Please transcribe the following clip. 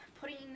putting